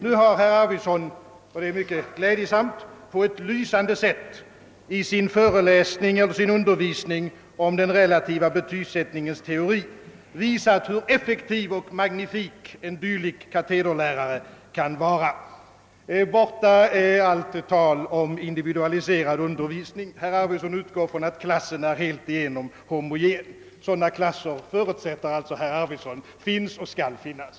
Nu har herr Arvidson glädjande nog på ett lysande sätt i sin undervisning här i kammaren om den relativa betygsättningens teori visat, hur effektiv och magnifik en dylik katederlärare kan vara. Borta är allt tal om individualiserad undervisning — herr Arvidson utgår från att klassen är helt igenom homogen. Sådana klasser förutsätter alltså herr Arvidson finns och skall finnas.